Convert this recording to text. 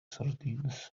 sardines